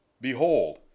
Behold